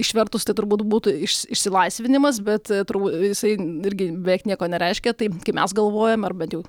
išvertus tai turbūt būtų iš išsilaisvinimas bet turb jisai irgi beveik nieko nereiškia taip kaip mes galvojam ar bent jau